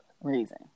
reason